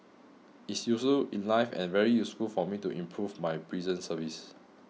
it's useful in life and very useful for me to improve my prison service